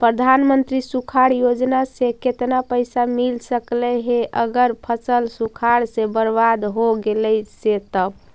प्रधानमंत्री सुखाड़ योजना से केतना पैसा मिल सकले हे अगर फसल सुखाड़ से बर्बाद हो गेले से तब?